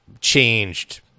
changed